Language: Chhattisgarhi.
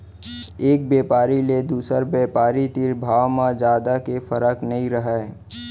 एक बेपारी ले दुसर बेपारी तीर भाव म जादा के फरक नइ रहय